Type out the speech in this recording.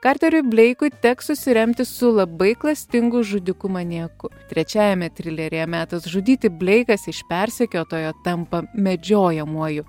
karteriui bleikui teks susiremti su labai klastingu žudiku maniaku trečiajame trileryje metas žudyti bleikas iš persekiotojo tampa medžiojamuoju